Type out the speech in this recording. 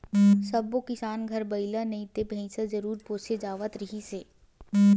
सब्बो किसान घर बइला नइ ते भइसा जरूर पोसे जावत रिहिस हे